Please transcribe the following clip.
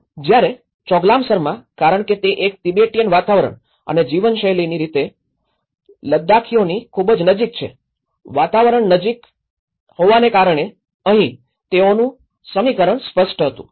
જ્યારે ચોગલામસરમાં કારણ કે તે એક તિબેટીયન વાતાવરણ અને જીવનશૈલીની રીત પ્રમાણે લદ્દાખીઓની ખૂબ જ નજીક છે વાતાવરણ નજીકના હોવાને કારણે અહીં તેઓનું સમીકરણ સ્પષ્ટ હતું